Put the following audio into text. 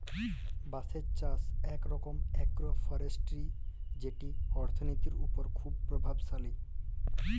বাঁশের চাষ ইক রকম আগ্রো ফরেস্টিরি যেট অথ্থলিতির উপর খুব পরভাবশালী